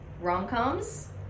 Rom-coms